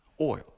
oil